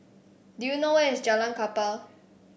do you know where is Jalan Kapal